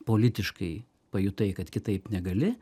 politiškai pajutai kad kitaip negali